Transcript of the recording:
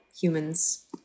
humans